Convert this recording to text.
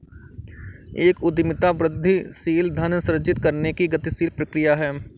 एक उद्यमिता वृद्धिशील धन सृजित करने की गतिशील प्रक्रिया है